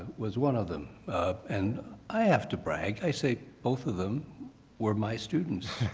was one of them and i have to brag. i say both of them were my students